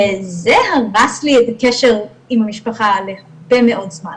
וזה הרס לי את הקשר עם המשפחה להרבה מאוד זמן.